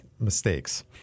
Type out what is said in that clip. Mistakes